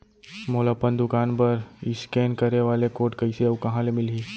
मोला अपन दुकान बर इसकेन करे वाले कोड कइसे अऊ कहाँ ले मिलही?